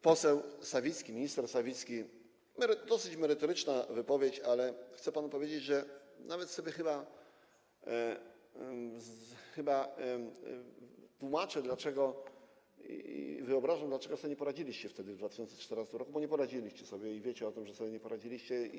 Poseł Sawicki, minister Sawicki - dosyć merytoryczna wypowiedź, ale chcę panu powiedzieć, że nawet sobie chyba tłumaczę, dlaczego, wyobrażam sobie, dlaczego nie poradziliście sobie wtedy w 2014 r., bo nie poradziliście sobie i wiecie o tym, że sobie nie poradziliście.